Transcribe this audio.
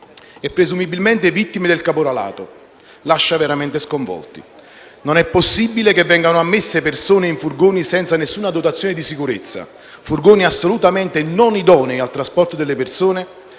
e presumibilmente vittime del caporalato, che lascia veramente sconvolti. Non è possibile che vengano ammassate persone in furgoni senza nessuna dotazione di sicurezza, furgoni assolutamente non idonei al trasporto di persone,